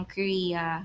Korea